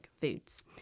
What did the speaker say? foods